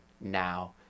now